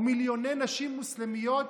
או מיליוני נשים מוסלמיות